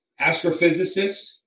astrophysicist